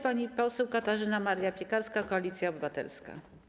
Pani poseł Katarzyna Maria Piekarska, Koalicja Obywatelska.